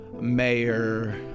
Mayor